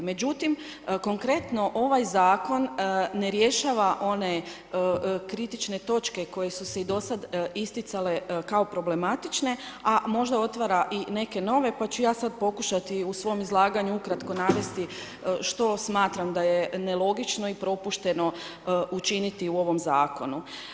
Međutim, konkretno, ovaj Zakon ne rješava one kritične točke koje su se i dosad isticale kao problematične , a možda otvara i neke nove, pa ću ja sad pokušati u svom izlaganju ukratko navesti što smatram da je nelogično i propušteno učiniti u ovom zakonu.